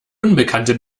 unbekannte